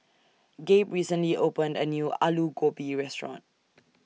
Gabe recently opened A New Alu Gobi Restaurant